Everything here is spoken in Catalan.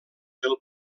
del